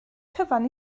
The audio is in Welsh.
cyfan